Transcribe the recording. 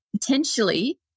potentially